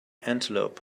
antelope